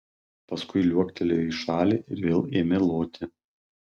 paskui liuoktelėjo į šalį ir vėl ėmė loti